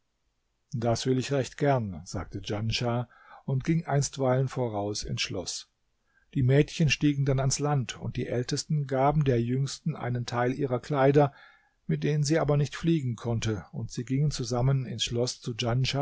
das will ich recht gern sagte djanschah und ging einstweilen voraus ins schloß die mädchen stiegen dann ans land und die ältesten gaben der jüngsten einen teil ihrer kleider mit denen sie aber nicht fliegen konnte und sie gingen zusammen ins schloß zu